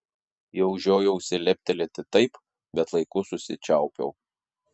jau žiojausi leptelėti taip bet laiku susičiaupiau